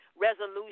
resolution